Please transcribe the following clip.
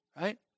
right